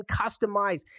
customize